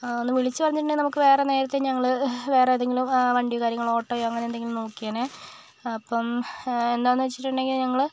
ആ ഒന്ന് വിളിച്ച് പറഞ്ഞിട്ടുണ്ടെങ്കിൽ നമുക്ക് വേറെ നേരത്തേ ഞങ്ങള് വേറേ ഏതെങ്കിലും വണ്ടി കാര്യങ്ങള് ഓട്ടോയോ അങ്ങനേ എന്തെങ്കിലും നോക്കിയേനേ അപ്പം എന്താന്ന് വെച്ചിട്ടുണ്ടെങ്കിൽ ഞങ്ങള്